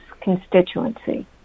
constituency